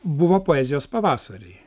buvo poezijos pavasariai